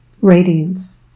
radiance